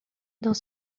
dans